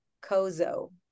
Kozo